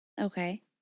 Okay